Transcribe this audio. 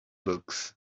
books